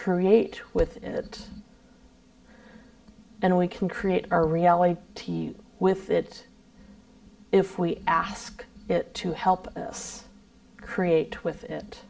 create with it and we can create our reality t v with it if we ask it to help us create with it